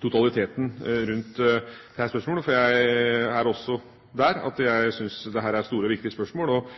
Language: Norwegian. totaliteten rundt dette spørsmålet, for jeg er også der at jeg syns at dette er store og viktige spørsmål, og